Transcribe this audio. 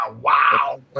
Wow